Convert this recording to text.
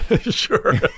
sure